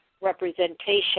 representation